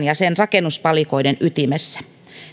ja sen rakennuspalikoiden ytimessä